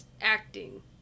acting